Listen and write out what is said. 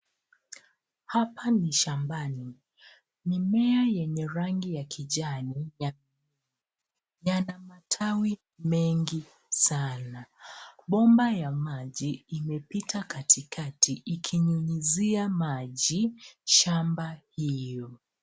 Hapa ni shambani mimea yenye rangi ya kijani yana matawi mengi sana. Bomba ya maji imepita kati kati ikinyunyizia maji shamba hiyo.